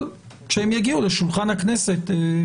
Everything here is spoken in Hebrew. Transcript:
אבל כשהם יגיעו שולחן הכנסת,